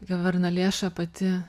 jo varnalėša pati